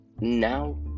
now